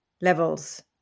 levels